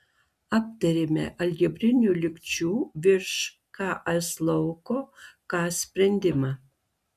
aptarėme algebrinių lygčių virš ks lauko k sprendimą